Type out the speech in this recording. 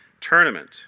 tournament